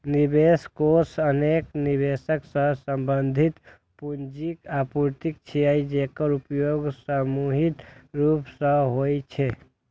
निवेश कोष अनेक निवेशक सं संबंधित पूंजीक आपूर्ति छियै, जेकर उपयोग सामूहिक रूप सं होइ छै